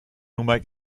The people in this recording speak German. nummer